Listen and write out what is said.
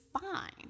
fine